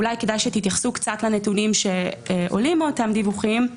ואולי כדאי שתתייחסו קצת לנתונים שעולים מאותם דיווחים.